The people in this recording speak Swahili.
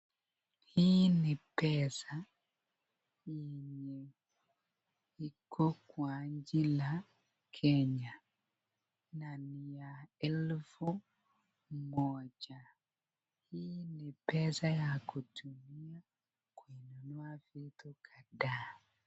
Hii ni pesa, ni kuku kwa mila ya Kenya. Nani ya elfu moja. Hii ni pesa ya kutumia kununua vitu kadhaa.